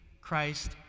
Christ